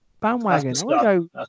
bandwagon